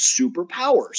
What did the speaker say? superpowers